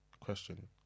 Question